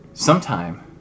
Sometime